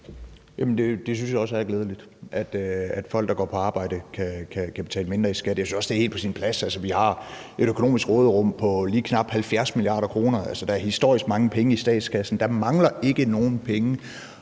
Det synes jeg også er glædeligt, nemlig at folk, der går på arbejde, kan betale mindre i skat. Jeg synes også, det er helt på sin plads. Vi har et økonomisk råderum på lige knap 70 mia. kr., og der er historisk mange penge i statskassen, så der mangler ikke nogen penge.